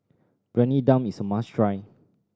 Briyani Dum is a must try